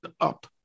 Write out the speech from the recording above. up